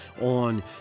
on